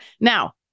Now